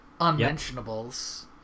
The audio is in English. Unmentionables